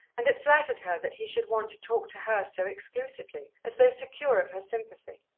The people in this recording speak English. and it flattered her that he should want to talk to her so exclusively, as though secure of her sympathy.